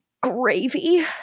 gravy